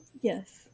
Yes